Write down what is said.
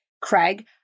Craig